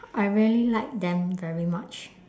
I really like them very much